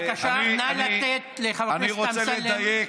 בבקשה, נא לתת לחבר הכנסת אמסלם לדבר.